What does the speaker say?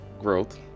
growth